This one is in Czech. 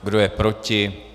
Kdo je proti?